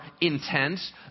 intense